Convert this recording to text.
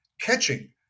catching